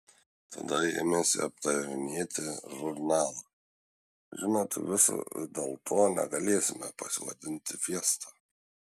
tada ėmėsi aptarinėti žurnalą žinot vis dėlto negalėsime pasivadinti fiesta